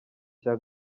cya